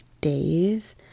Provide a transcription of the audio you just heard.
days